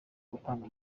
gutanga